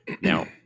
now